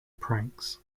pranks